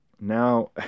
Now